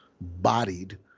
bodied